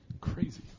Crazy